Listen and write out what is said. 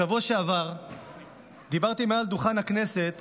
בשבוע שעבר דיברתי מעל דוכן הכנסת